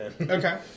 Okay